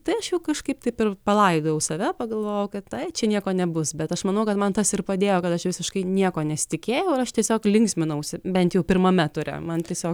tai aš jau kažkaip taip ir palaidojau save pagalvojau kad ai čia nieko nebus bet aš manau kad man tas ir padėjo kad aš visiškai nieko nesitikėjau ir aš tiesiog linksminausi bent jau pirmame ture man tiesiog